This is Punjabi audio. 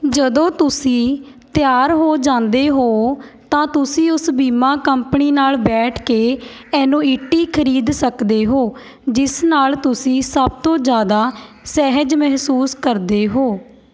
ਜਦੋਂ ਤੁਸੀਂ ਤਿਆਰ ਹੋ ਜਾਂਦੇ ਹੋ ਤਾਂ ਤੁਸੀਂ ਉਸ ਬੀਮਾ ਕੰਪਨੀ ਨਾਲ ਬੈਠ ਕੇ ਐਨੂਇਟੀ ਖਰੀਦ ਸਕਦੇ ਹੋ ਜਿਸ ਨਾਲ ਤੁਸੀਂ ਸਭ ਤੋਂ ਜ਼ਿਆਦਾ ਸਹਿਜ ਮਹਿਸੂਸ ਕਰਦੇ ਹੋ